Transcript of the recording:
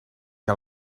què